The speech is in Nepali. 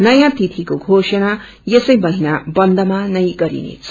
नयाँ तिथिको घोषणा यसै महिना बन्दमा गरिनेछ